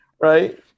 right